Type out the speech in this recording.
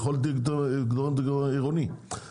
בכל דירקטוריון עירוני,